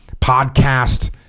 podcast